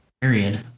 period